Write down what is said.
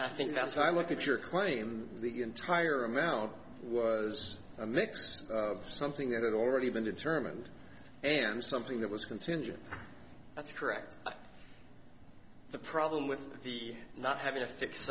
think that's why i looked at your claim the entire amount was a mix of something that had already been determined and something that was contingent that's correct the problem with the not having a fix